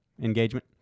engagement